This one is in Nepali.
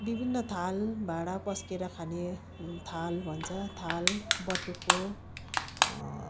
विभिन्न थाल भाँडा पस्केर खाने थाल भन्छ थाल बटुको